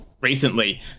recently